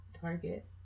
Target